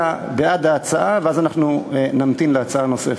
בעד ההצעה ואז אנחנו נמתין להצעה הנוספת.